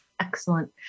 Excellent